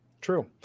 True